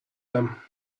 him